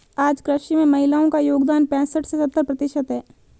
आज कृषि में महिलाओ का योगदान पैसठ से सत्तर प्रतिशत है